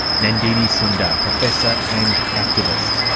nandini sundar, professor and activist.